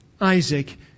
Isaac